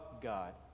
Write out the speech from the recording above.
God